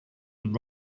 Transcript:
and